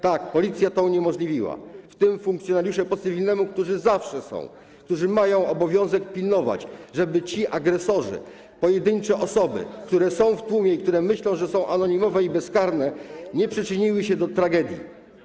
Tak, policja to uniemożliwiła, w tym funkcjonariusze po cywilnemu, którzy zawsze są, którzy mają obowiązek pilnować, żeby ci agresorzy - pojedyncze osoby, które są w tłumie i które myślą, że są anonimowe i bezkarne - nie przyczynili się do tragedii.